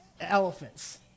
elephants